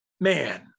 man